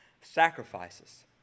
sacrifices